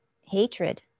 hatred